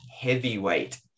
heavyweight